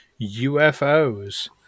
UFOs